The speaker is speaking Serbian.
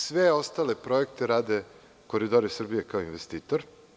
Sve ostale projekte rade „Koridori Srbije“ kao investitor.